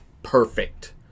Perfect